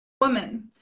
Woman